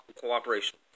cooperation